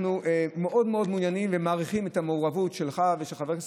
אנחנו מאוד מאוד מעוניינים במעורבות שלך ושל חברי הכנסת